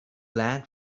land